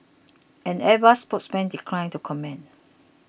an Airbus spokesman declined to comment